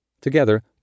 Together